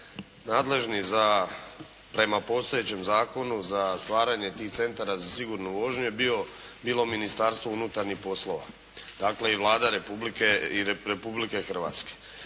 nadležni za, prema postojećem zakonu za stvaranje tih centara za sigurnu vožnju je bilo Ministarstvo unutarnjih poslova. Dakle, i Vlada Republike Hrvatske.